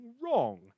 wrong